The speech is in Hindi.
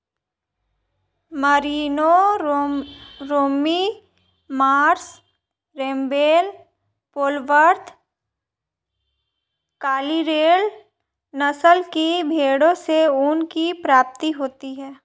Merino, Romney Marsh, Rambouillet, Polwarth, Corriedale नस्ल की भेंड़ों से ऊन की प्राप्ति होती है